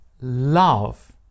love